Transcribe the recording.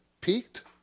peaked